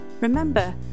Remember